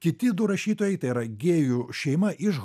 kiti du rašytojai tai yra gėjų šeima iš